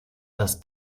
das